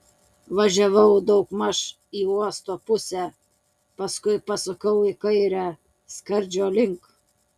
važiavau daugmaž į uosto pusę paskui pasukau į kairę skardžio link